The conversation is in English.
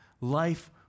life